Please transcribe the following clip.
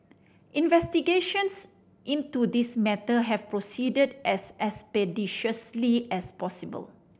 investigations into this matter have proceeded as expeditiously as possible